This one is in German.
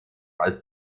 als